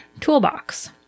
toolbox